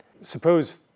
Suppose